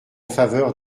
faveur